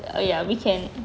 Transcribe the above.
oh ya we can